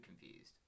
confused